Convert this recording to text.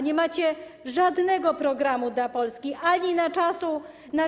Nie macie żadnego programu dla Polski ani na czasy spokoju.